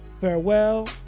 Farewell